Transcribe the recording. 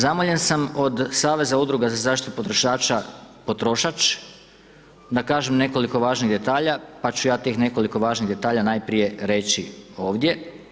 Zamoljen sam od Saveza udruga za zaštitu potrošača Potrošač da kažem nekoliko važnih detalja, da ću ja tih nekoliko važnih detalja najprije reći ovdje.